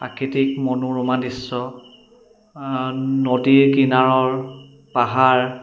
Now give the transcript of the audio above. প্ৰাকৃতিক মনোৰমা দৃশ্য নদীৰ কিনাৰৰ পাহাৰ